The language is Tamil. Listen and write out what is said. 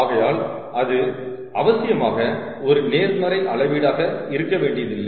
ஆகையால் இது அவசியமாக ஒரு நேர்மறை அளவீடாக இருக்க வேண்டியதில்லை